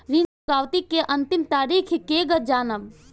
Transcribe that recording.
ऋण चुकौती के अंतिम तारीख केगा जानब?